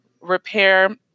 repair